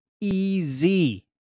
easy